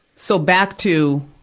so back to,